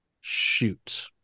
Shoot